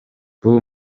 бул